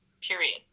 period